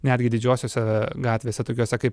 netgi didžiosiose gatvėse tokiose kaip